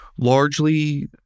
largely